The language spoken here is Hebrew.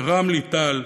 רם ליטל,